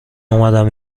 اومدم